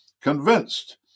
convinced